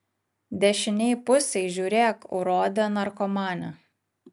dešinėj pusėj žiūrėk urode narkomane